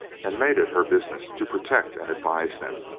and made it her business to protect and advise them,